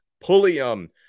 Pulliam